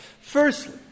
Firstly